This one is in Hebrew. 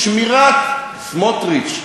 סמוטריץ,